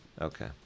Okay